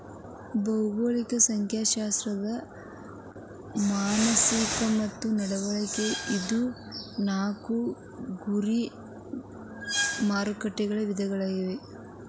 ಭೌಗೋಳಿಕ ಜನಸಂಖ್ಯಾಶಾಸ್ತ್ರ ಮಾನಸಿಕ ಮತ್ತ ನಡವಳಿಕೆ ಇವು ನಾಕು ಗುರಿ ಮಾರಕಟ್ಟೆ ವಿಧಗಳ